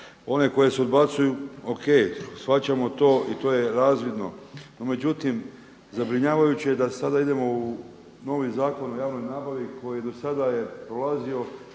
Hvala vam.